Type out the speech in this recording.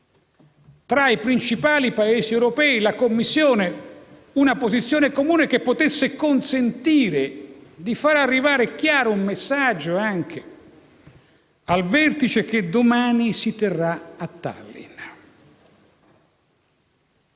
tra i principali Paesi europei e la Commissione, che potesse consentire di far arrivare chiaro un messaggio al vertice che domani si terrà a Tallin.